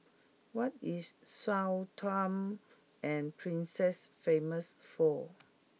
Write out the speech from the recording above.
what is Sao Tome and Principe famous for